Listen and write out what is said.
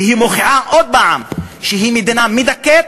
והיא מוכיחה עוד הפעם שהיא מדינה מדכאת,